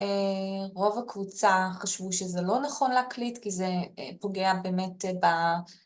רוב הקבוצה חשבו שזה לא נכון להקליט, כי זה פוגע באמת ב...